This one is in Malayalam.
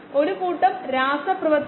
8 ൻറെയും ശരാശരി 16